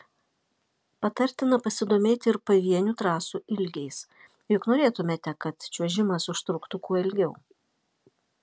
patartina pasidomėti ir pavienių trasų ilgiais juk norėtumėte kad čiuožimas užtruktų kuo ilgiau